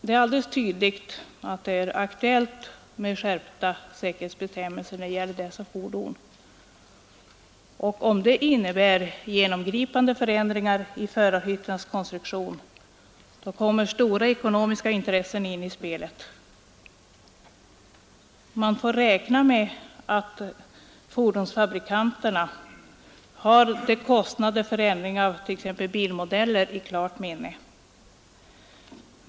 Det är alldeles tydligt att det är aktuellt med skärpta säkerhetsbestämmelser när det gäller dessa fordon, och om de innebär genomgripande förändringar i förarhyttens konstruktion kommer stora ekonomiska intressen in i spelet. Man får räkna med att fordonsfabrikanterna har kostnaderna för t.ex. ändringar av bilmodeller i klart minne.